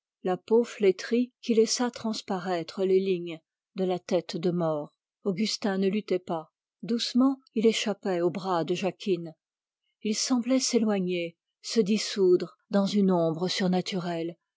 la peau séchée qui laissa transparaître les lignes de la tête de mort augustin ne luttait pas doucement il échappait aux bras de jacquine et semblait se dissoudre dans une ombre surnaturelle